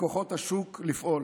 לכוחות השוק לפעול.